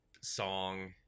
song